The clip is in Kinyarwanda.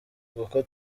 kuko